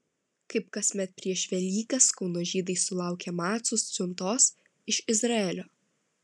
kaip kasmet prieš velykas kauno žydai sulaukė macų siuntos iš izraelio